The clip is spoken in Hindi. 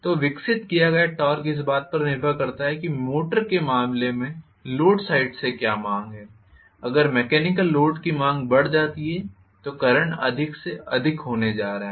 तो विकसित किया गया टॉर्क इस बात पर निर्भर करता है कि मोटर के मामले में लोड साइड से क्या मांग है अगर मैकेनिकल लोड की मांग बढ़ जाती है तो करंट अधिक से अधिक होने जा रहा है